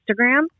instagram